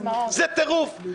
זה טירוף.